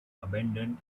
abandoned